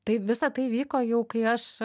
taip visa tai vyko jau kai aš